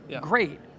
Great